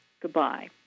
goodbye